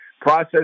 process